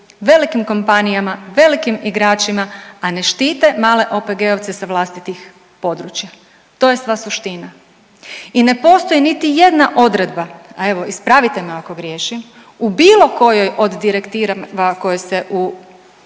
velikim kompanijama, velikim igračima, a ne štite male OPG-ovce sa vlastitih područja. To je sva suština. I ne postoji niti jedna odredba, a evo ispravite me ako griješim u bilo kojoj od direktiva koje se u